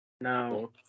No